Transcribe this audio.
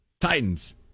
titans